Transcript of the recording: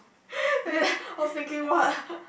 I was thinking what